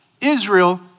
Israel